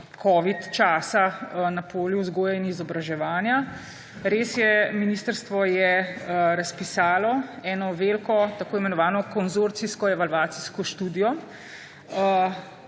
covid časa na polju vzgoje in izobraževanja. Res je, ministrstvo je razpisalo eno veliko tako imenovano konzorcijsko evalvacijsko študijo,